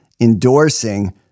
endorsing